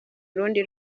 urundi